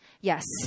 Yes